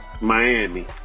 Miami